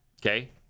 okay